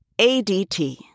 ADT